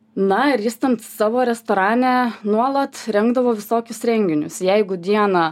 na ir jis ten savo restorane nuolat rengdavo visokius renginius jeigu dieną